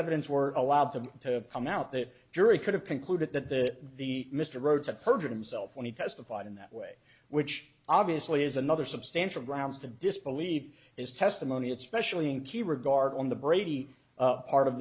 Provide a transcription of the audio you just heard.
evidence were allowed to come out the jury could have concluded that the the mr rhodes had perjured himself when he testified in that way which obviously is another substantial grounds to disbelieve is testimony especially in key regard on the brady part of